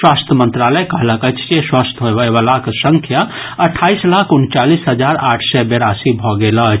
स्वास्थ्य मंत्रालय कहलक अछि जे स्वस्थ होबयवलाक संख्या अठाईस लाख उनचालिस हजार आठ सय बेरासी भऽ गेल अछि